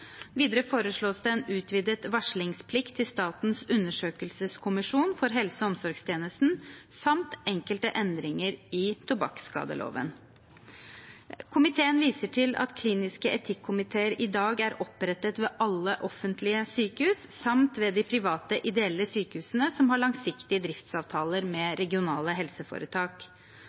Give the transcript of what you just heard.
Videre foreslås det en utvidet varslingsplikt til Statens undersøkelseskommisjon for helse- og omsorgstjenesten samt enkelte endringer i tobakksskadeloven. Komiteen viser til at kliniske etikkomiteer i dag er opprettet ved alle offentlige sykehus samt ved de private ideelle sykehusene som har langsiktige driftsavtaler med regionale helseforetak.